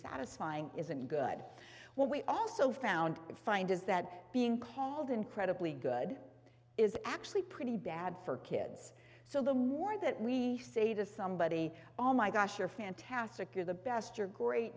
satisfying isn't good what we also found it find is that being called incredibly good is actually pretty bad for kids so the more that we say to somebody oh my gosh you're fantastic you're the best you're great